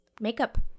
Makeup